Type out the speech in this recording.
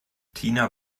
tina